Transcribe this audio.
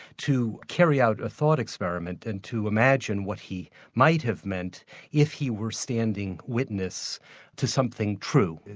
to carry out a thought experiment and to imagine what he might have meant if he were standing witness to something true,